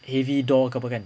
heavy door ke apa kan